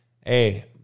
Hey